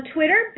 Twitter